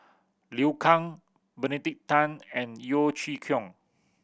Liu Kang Benedict Tan and Yeo Chee Kiong